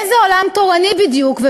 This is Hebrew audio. באיזה עולם תורני בדיוק?